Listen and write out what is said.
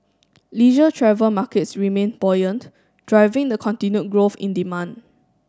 leisure travel markets remained buoyant driving the continued growth in demand